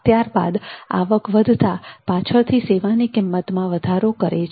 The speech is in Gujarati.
ત્યારબાદ આવક વધતાં પાછળથી સેવાની કિંમતમાં વધારો કરે છે